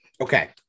Okay